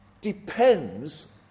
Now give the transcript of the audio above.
depends